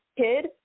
kid